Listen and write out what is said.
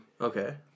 Okay